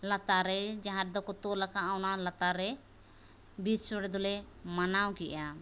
ᱞᱟᱛᱟᱨ ᱨᱮ ᱡᱟᱦᱟᱸ ᱨᱮᱫᱚᱠᱚ ᱛᱚᱞᱟᱠᱟᱫ ᱚᱱᱟ ᱞᱟᱛᱟᱨ ᱨᱮ ᱵᱤᱨ ᱥᱳᱲᱮ ᱫᱚᱞᱮ ᱢᱟᱱᱟᱣᱠᱮᱫᱼᱟ